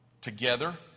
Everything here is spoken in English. together